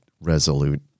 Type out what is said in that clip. Resolute